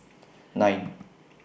nine